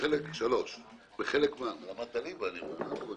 בחלק גדול מן הקווים המדינה הרי